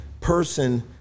person